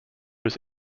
was